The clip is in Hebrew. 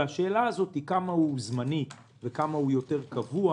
והשאלה הזאת כמה הוא זמני וכמה הוא יותר קבוע